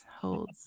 holds